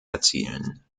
erzielen